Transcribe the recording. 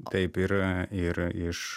taip ir ir iš